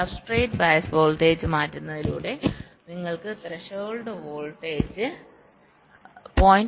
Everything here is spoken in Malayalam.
സബ്സ്ട്രേറ്റ് ബയസ് വോൾട്ടേജ് മാറ്റുന്നതിലൂടെ നിങ്ങൾക്ക് ത്രെഷോൾഡ് വോൾട്ടേജ് 0